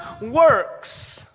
works